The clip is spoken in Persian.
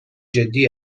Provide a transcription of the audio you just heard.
جدی